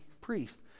Priest